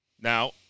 Now